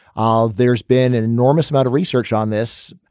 ah there's been an enormous amount of research on this.